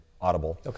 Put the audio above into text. audible